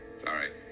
Sorry